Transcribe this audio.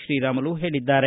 ಶ್ರೀರಾಮುಲು ಹೇಳಿದ್ದಾರೆ